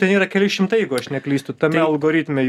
ten yra keli šimtai jeigu aš neklystu tame algoritme jų